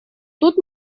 тут